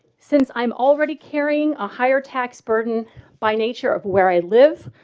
since i'm already carrying a higher tax burden by nature of where i live,